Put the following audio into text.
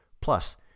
Plus